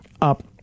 up